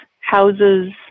houses